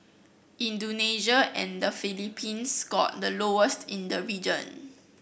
Indonesia and the Philippines scored the lowest in the region